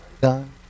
Done